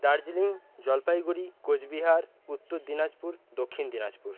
Darjeeling Jalpaiguri Cooch Behar Uttar Dinajpur Dakshin Dinajpur